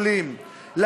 לחולים מבחינת שפה,